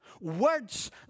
words